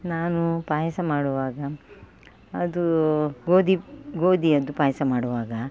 ನಾನು ಪಾಯಸ ಮಾಡುವಾಗ ಅದು ಗೋಧಿ ಗೋಧಿಯದ್ದು ಪಾಯಸ ಮಾಡುವಾಗ